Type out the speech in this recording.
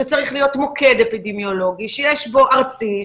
זה צריך להיות מוקד אפידמיולוגי ארצי,